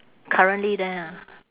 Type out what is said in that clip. currently there ah